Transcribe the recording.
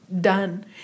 done